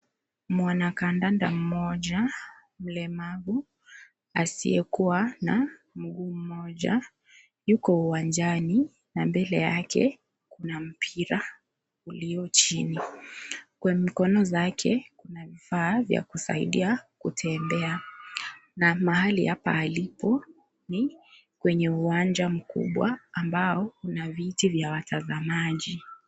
Mwanamke kandanda mmoja mlemavu ,asiyekuwa na mguu moja Yuko uwanjani na mbele yake kuna mpira ulio chini . Kwa mkono zake kuna vifaa vya kusaidia kutembea na mahali hapa alipo ni kwenye uwanja mkubwa ambao kuna viti vya watazamaji.